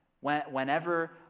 whenever